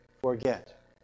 forget